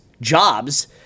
jobs